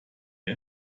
wir